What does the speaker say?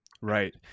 Right